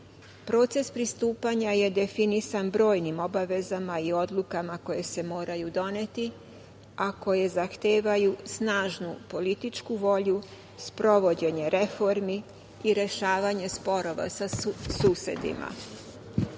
pristupanja je definisan brojnim obavezama i odlukama koje se moraju doneti, a koje zahtevaju snažnu političku volju, sprovođenje reformi i rešavanje sporova sa susedima. Takođe,